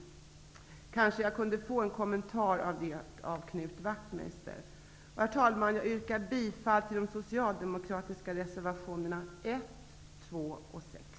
Jag kanske kunde få en kommentar av Knut Wachtmeister om detta. Herr talman! Jag yrkar bifall till de socialdemokratiska reservationerna 1,2 och 6.